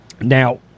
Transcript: Now